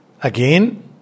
Again